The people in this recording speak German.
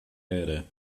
erde